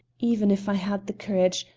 even if i had the courage,